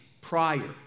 prior